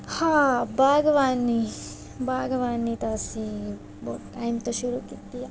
ਹਾਂ ਬਾਗਬਾਨੀ ਬਾਗਬਾਨੀ ਤਾਂ ਅਸੀਂ ਬਹੁਤ ਟਾਈਮ ਤੋਂ ਸ਼ੁਰੂ ਕੀਤੀ ਹੈ